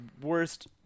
worst